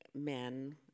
men